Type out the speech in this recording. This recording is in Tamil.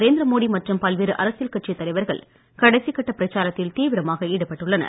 நரேந்திர மோடி மற்றும் பல்வேறு அரசியல் கட்சித் தலைவர்கள் கடைசிக் கட்ட பிரச்சாரத்தில் தீவிரமாக ஈடுபட்டுள்ளனர்